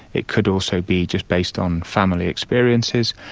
it could also be just based on family experiences.